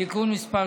(תיקון מס'